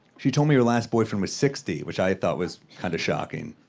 she told me her last boyfriend was sixty, which i thought was kind of shocking.